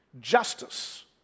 justice